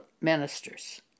ministers